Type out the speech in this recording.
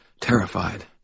Terrified